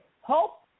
Hope